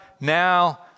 now